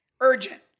urgent